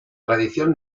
tradición